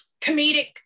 comedic